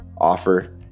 offer